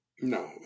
No